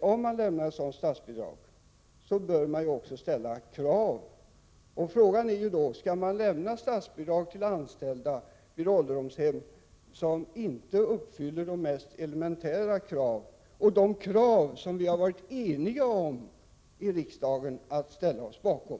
och lämnar ett sådant statsbidrag, vill jag säga att man också bör ställa vissa krav. Frågan är: skall man lämna statsbidrag för anställda vid ålderdomshem som inte uppfyller de mest elementära krav, krav som vi i riksdagen har varit eniga om att ställa oss bakom?